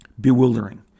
bewildering